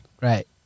Right